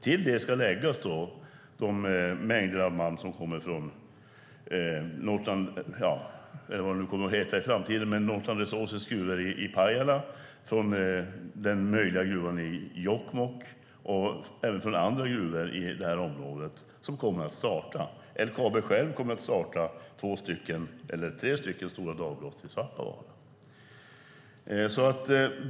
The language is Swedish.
Till detta ska läggas de mängder av malm som kommer från Northland Resources gruva i Pajala, från den möjliga gruvan i Jokkmokk och även från andra gruvor i området som kommer att starta. LKAB kommer självt att starta tre stora dagbrott i Svappavaara.